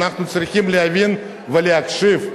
אנחנו צריכים להבין ולהקשיב,